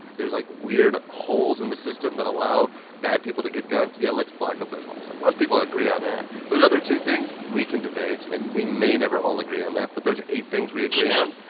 there's, like, weird holes in the system that allow bad people to get guns? yeah. let's block up those holes. like, most people agree on that. those other two things, we can debate. and we may never all agree on that. but those eight things we agree on,